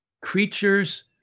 creatures